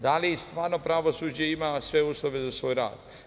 Da li stvarno pravosuđe ima sve uslove za svoj rad?